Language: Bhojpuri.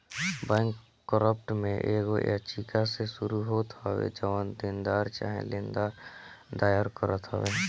बैंककरप्ट में एगो याचिका से शुरू होत हवे जवन देनदार चाहे लेनदार दायर करत हवे